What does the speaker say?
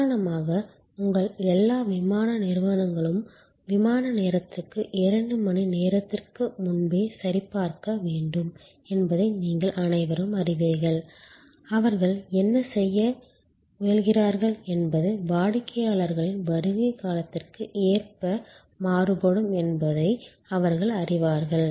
உதாரணமாக உங்கள் எல்லா விமான நிறுவனங்களும் விமான நேரத்திற்கு இரண்டு மணி நேரத்திற்கு முன்பே சரிபார்க்க வேண்டும் என்பதை நீங்கள் அனைவரும் அறிவீர்கள் அவர்கள் என்ன செய்ய முயல்கிறார்கள் என்பது வாடிக்கையாளரின் வருகை காலத்திற்கு ஏற்ப மாறுபடும் என்பதை அவர்கள் அறிவார்கள்